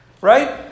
Right